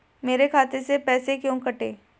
मेरे खाते से पैसे क्यों कटे?